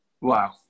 Wow